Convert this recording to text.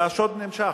והשוד נמשך.